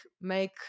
make